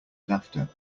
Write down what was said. laughter